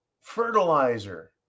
fertilizer